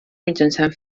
mitjançant